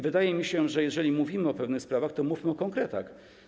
Wydaje mi się, że jeżeli mówimy o pewnych sprawach, to mówmy o konkretach.